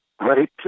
Right